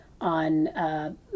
on